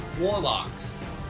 warlocks